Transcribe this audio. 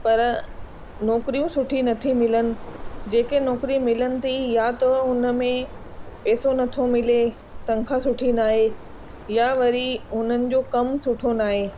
पर नौकरियूं सुठी नथी मिलनि जेके नौकरी मिलनि थी या त हुनमें पेसो नथो मिले तंखा सुठी न आहे या वरी हुननि जो कम सुठो न आहे